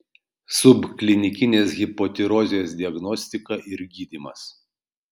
subklinikinės hipotirozės diagnostika ir gydymas